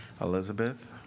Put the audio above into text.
Elizabeth